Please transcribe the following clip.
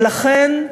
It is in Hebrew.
לכן,